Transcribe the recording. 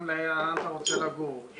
עם לאן אתה רוצה לגור,